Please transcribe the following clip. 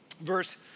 verse